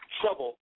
Trouble